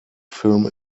film